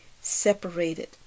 separated